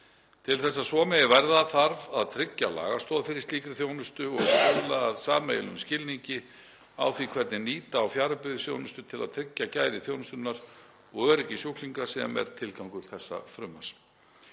Til þess að svo megi verða þarf að tryggja lagastoð fyrir slíkri þjónustu og stuðla að sameiginlegum skilningi á því hvernig nýta eigi fjarheilbrigðisþjónustu til að tryggja gæði þjónustunnar og öryggi sjúklinga sem er tilgangur þessa frumvarps.